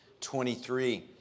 23